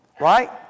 Right